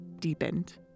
deepened